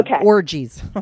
orgies